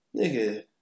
Nigga